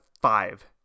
five